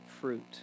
fruit